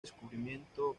descubrimiento